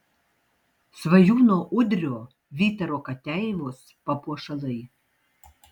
svajūno udrio vytaro kateivos papuošalai